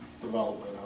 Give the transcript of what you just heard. development